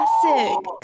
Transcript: Classic